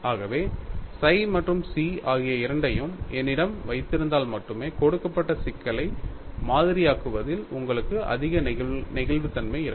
ஆகவே psi மற்றும் chi ஆகிய இரண்டையும் என்னிடம் வைத்திருந்தால் மட்டுமே கொடுக்கப்பட்ட சிக்கலை மாதிரியாக்குவதில் உங்களுக்கு அதிக நெகிழ்வுத்தன்மை இருக்கும்